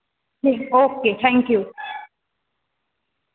okay thank U